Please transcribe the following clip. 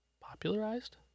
Popularized